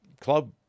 club